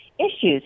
issues